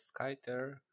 skyter